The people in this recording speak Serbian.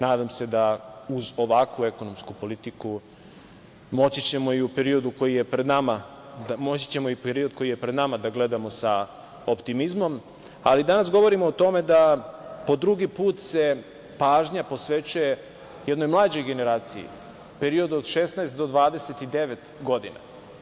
Nadam se da uz ovakvu ekonomsku politiku moći ćemo i u periodu koji je pred nama da gledamo sa optimizmom, ali danas govorimo o tome da po drugi put se pažnja posvećuje jednoj mlađoj generaciji, period od 16 do 29 godina.